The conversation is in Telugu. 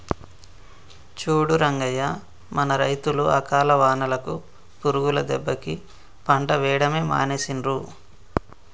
చూడు రంగయ్య మన రైతులు అకాల వానలకు పురుగుల దెబ్బకి పంట వేయడమే మానేసిండ్రు